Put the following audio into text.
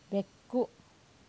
ಬೆಕ್ಕು